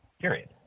period